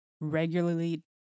regularly